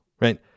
right